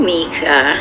Mika